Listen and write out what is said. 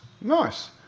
nice